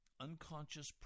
unconscious